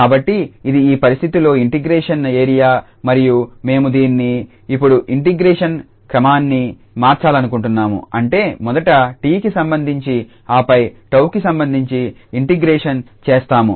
కాబట్టి ఇది ఈ పరిస్థితిలో ఇంటిగ్రేషన్ ఏరియా మరియు మేము దీన్ని ఇప్పుడు ఇంటిగ్రేషన్ క్రమాన్ని మార్చాలనుకుంటున్నాము అంటే మొదట 𝑡కి సంబంధించి ఆపై 𝜏కి సంబంధించి ఇంటిగ్రేషన్ చేస్తాము